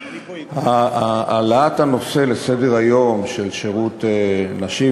חושבת שבוועדת הכלכלה אתה צריך לעשות דיונים ארוכים ויסודיים,